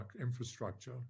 infrastructure